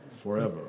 Forever